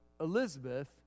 Elizabeth